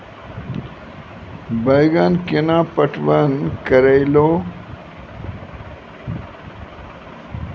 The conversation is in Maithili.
बैंगन केना पटवन करऽ लो?